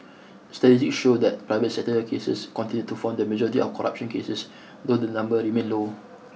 statistics showed that private sector cases continued to form the majority of corruption cases though the number remained low